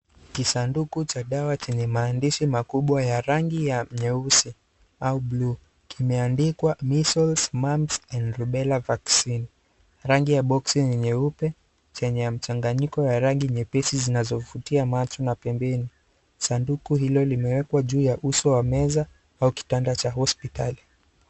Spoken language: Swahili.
Kisanduku cha dawa chenye maandishi makubwa ya rangi ya nyeusi au bluu kimeandikwa measles, mumps and rubella vaccine rangi ya box ni nyeupe chenye mchanganyiko ya rangi nyeupe zinazo vutia macho na pembeni sanduku hilo limewekwa juu ya uso wa meza au kitanda cha hospitali.